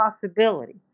possibility